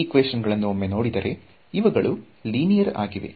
ಈ ಈಕ್ವೇಶನ್ ಗಳನ್ನು ಒಮ್ಮೆ ನೋಡಿದರೆ ಇವುಗಳು ಲೀನಿಯರ್ ಆಗಿವೆ